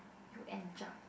you enjoy